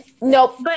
Nope